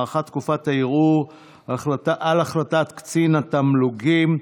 32) (הארכת תקופת הערעור על החלטת קצין תגמולים),